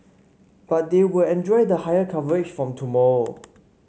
but they will enjoy the higher coverage from tomorrow